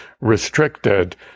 restricted